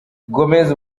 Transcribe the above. gomez